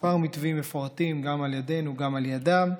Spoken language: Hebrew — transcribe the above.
כמה מתווים מפורטים, גם על ידינו, גם על ידם.